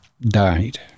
died